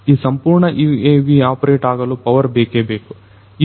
ಈ ಸಂಪೂರ್ಣ UAV operate ಆಗಲು ಪವರ್ ಬೇಕೇ ಬೇಕು